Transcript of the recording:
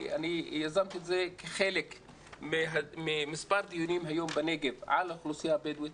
אני יזמתי את זה כחלק ממספר דיונים היום בנגב על האוכלוסייה הבדואית.